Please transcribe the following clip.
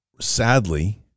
sadly